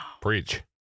Preach